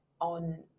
on